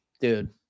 Dude